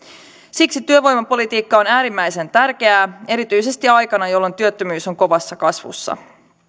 siksi työvoimapolitiikka on äärimmäisen tärkeää erityisesti aikana jolloin työttömyys on kovassa kasvussa